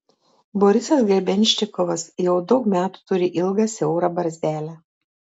borisas grebenščikovas jau daug metų turi ilgą siaurą barzdelę